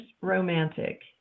romantic